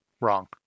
Wrong